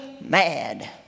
mad